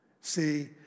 See